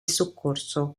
soccorso